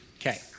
Okay